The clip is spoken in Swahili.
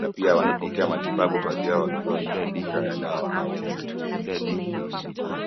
na pia wanapokea matibabu baadhi yao wakiwa na mipira ya dawa au oksijeni .